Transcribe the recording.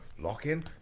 lock-in